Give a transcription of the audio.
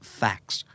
facts